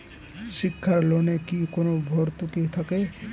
শিক্ষার লোনে কি কোনো ভরতুকি থাকে?